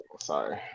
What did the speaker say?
Sorry